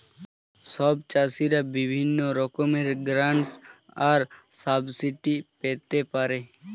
সব চাষীরা বিভিন্ন রকমের গ্র্যান্টস আর সাবসিডি পেতে পারে